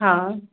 हा